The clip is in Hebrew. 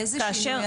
איזה שינוי?